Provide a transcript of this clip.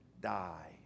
die